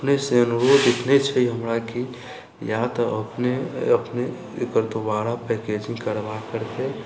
अपनेसँ अनुरोध इतने छै हमरा कि या तऽ अपने अपने एकर दुबारा पैकेजिंग करबा करके